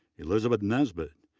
elizabeth nesbit,